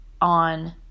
on